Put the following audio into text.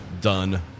done